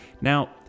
Now